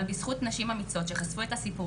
אבל בזכות נשים אמיצות שחשפו את הסיפור